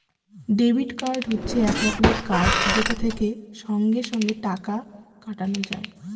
debit card হচ্ছে এক রকমের কার্ড যেটা থেকে সঙ্গে সঙ্গে টাকা কাটানো যায়